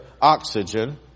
oxygen